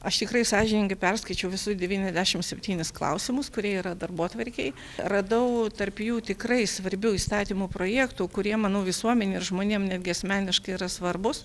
aš tikrai sąžiningai perskaičiau visus devyniasdešim septynis klausimus kurie yra darbotvarkėj radau tarp jų tikrai svarbių įstatymų projektų kurie manau visuomenei ir žmonėm netgi asmeniškai yra svarbūs